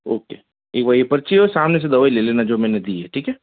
okay एक बार ये पर्ची है और सामने से दवाई ले लेना जो मैंने दी है ठीक है